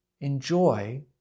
enjoy